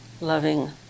loving